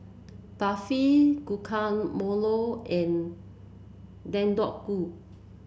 Barfi Guacamole and Deodeok Gui